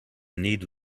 need